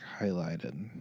highlighted